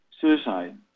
Suicide